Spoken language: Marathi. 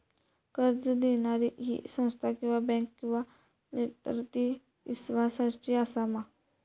कर्ज दिणारी ही संस्था किवा बँक किवा लेंडर ती इस्वासाची आसा मा?